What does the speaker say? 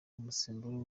umusemburo